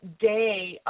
day